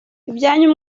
ibyanyu